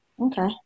Okay